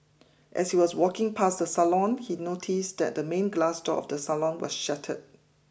as he was walking past the salon he noticed that the main glass door of the salon was shattered